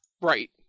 Right